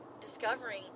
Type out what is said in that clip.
discovering